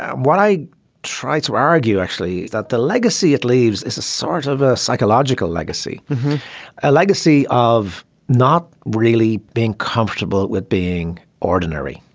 um what i try to argue actually that the legacy it leaves is a sort of a psychological legacy a legacy of not really being comfortable with being ordinary.